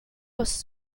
was